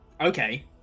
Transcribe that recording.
Okay